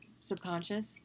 subconscious